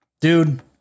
Dude